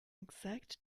exact